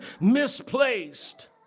misplaced